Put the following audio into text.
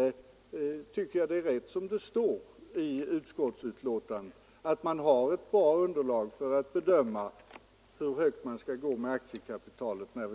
Jag tycker att det är rätt som det står i utskottsbetänkandet att man får ett bra underlag för att bedöma hur högt man skall gå med aktiekapitalet när